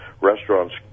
restaurants